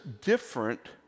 different